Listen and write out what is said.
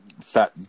fat